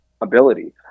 ability